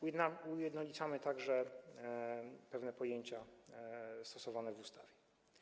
Ujednolicamy także pewne pojęcia stosowane w ustawie.